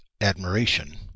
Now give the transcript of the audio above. admiration